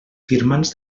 firmants